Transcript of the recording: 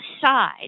side